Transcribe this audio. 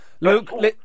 Luke